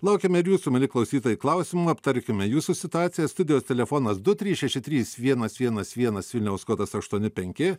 laukiame ir jūsų mieli klausytojai klausimų aptarkime jūsų situaciją studijos telefonas du trys šeši trys vienas vienas vienas vilniaus kodas aštuoni penki